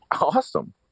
awesome